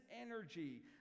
energy